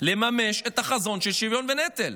לממש את החזון של שוויון בנטל.